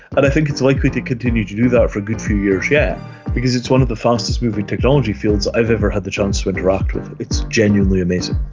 and i think it's likely to continue to do that for a good few years yet because it's one of the fastest moving technology fields i've ever had the chance to interact with. it's genuinely amazing.